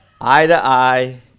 eye-to-eye